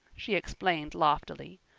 she explained loftily.